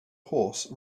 horse